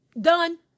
Done